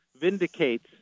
vindicates